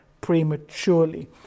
prematurely